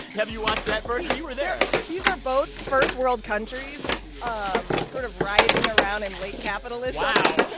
have you watched that version? you were there these are both first-world countries um sort of writhing around in late capitalism. wow.